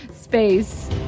space